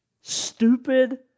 stupid